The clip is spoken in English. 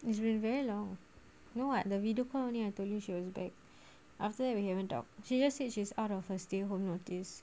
it's been very long you know what the video call only I told you she was back after that we haven't talk she just said she's out of her stay home notice